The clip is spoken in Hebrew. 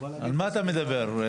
על מה אתה מדבר ---?